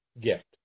gift